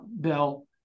Bill